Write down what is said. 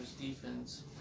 defense